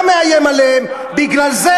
אתה מאיים עליהם, אף אחד לא מאיים עליהם.